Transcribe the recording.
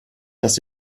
dass